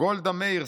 גולדה מאירסון,